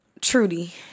Trudy